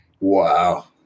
Wow